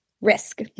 Risk